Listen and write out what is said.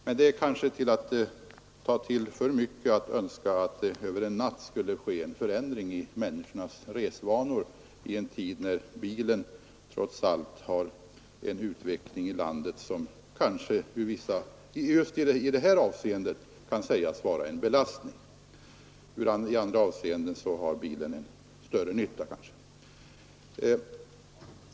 Det är kanske att ta till för mycket att önska över en natt en sådan förändring i människors resvanor i en tid när bilismen trots allt har en utveckling i landet, som i många avseenden kan vara till nytta, men just i detta avseende kan sägas vara en belastning.